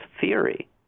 theory